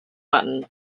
button